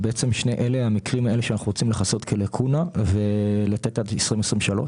המקרים שאנחנו רוצים לכסות כלקונה ולתת עד 2030